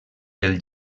del